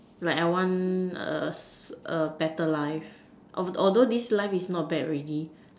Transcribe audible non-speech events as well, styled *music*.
like I want a *noise* a better life although this life is not bad ready